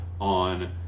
on